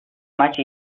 much